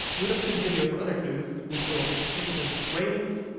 we looked through the video for other clues. we saw the distinctive railings,